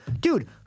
dude